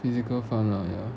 physical fun lah ya